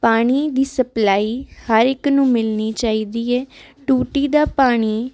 ਪਾਣੀ ਦੀ ਸਪਲਾਈ ਹਰ ਇੱਕ ਨੂੰ ਮਿਲਣੀ ਚਾਹੀਦੀ ਹੈ ਟੂਟੀ ਦਾ ਪਾਣੀ